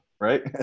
right